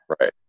Right